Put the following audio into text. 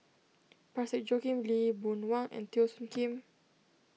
Parsick Joaquim Lee Boon Wang and Teo Soon Kim